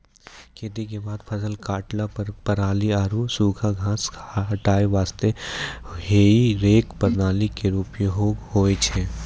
खेती क बाद फसल काटला पर पराली आरु सूखा घास हटाय वास्ते हेई रेक प्रणाली केरो उपयोग होय छै